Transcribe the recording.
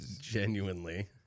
genuinely